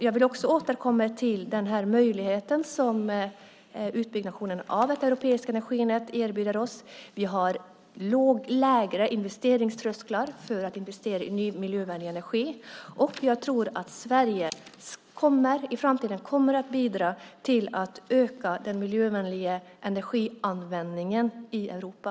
Jag vill också återkomma till möjligheten som utbyggnaden av ett europeiskt energinät erbjuder oss. Vi har lägre investeringströsklar för att investera i ny miljövänlig energi. Jag tror att Sverige i framtiden kommer att bidra till att öka den miljövänliga energianvändningen i Europa.